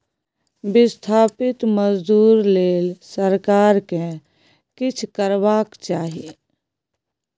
बिस्थापित मजदूर लेल सरकार केँ किछ करबाक चाही